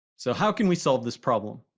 so, how can we solve this problem?